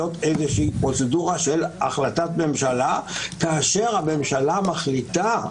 איזה פרוצדורה של החלטת ממשלה כאשר הממשלה מחליטה,